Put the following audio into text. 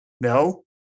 No